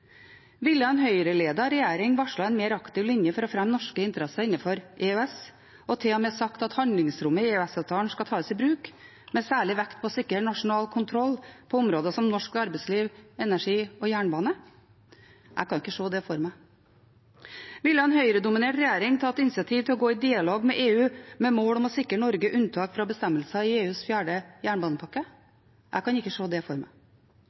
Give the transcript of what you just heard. Ville en Høyre-ledet regjering varslet en mer aktiv linje for å fremme norske interesser innenfor EØS og til og med sagt at handlingsrommet i EØS-avtalen skal tas i bruk, med særlig vekt på å sikre nasjonal kontroll på områder som norsk arbeidsliv, energi og jernbane? Jeg kan ikke se det for meg. Ville en Høyre-dominert regjering tatt initiativ til å gå i dialog med EU med mål om å sikre Norge unntak fra bestemmelser i EUs fjerde jernbanepakke? Jeg kan ikke se det for meg.